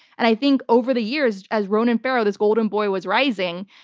and i think over the years, as ronan farrow, this golden boy, was rising,